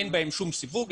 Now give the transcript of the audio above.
אין בהן שום סיווג,